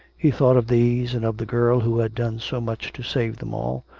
he thought of these, and of the girl who had done so much to save them all,